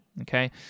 Okay